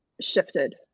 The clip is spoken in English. shifted